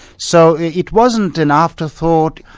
so it wasn't an afterthought,